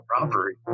robbery